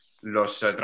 los